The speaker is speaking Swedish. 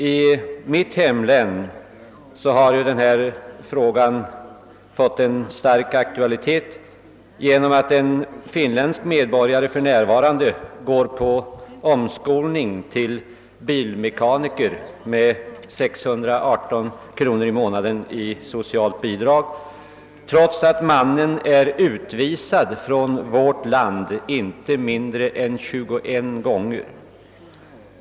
I mitt hemlän har missbruk av sociala förmåner fått stor aktualitet genom att det uppdagats att en finländsk medborgare för närvarande håller på att omskolas till bilmekaniker och därvid får 618 kronor i månaden i socialt bidrag trots att han har utvisats från vårt land inte mindre än 21 gånger!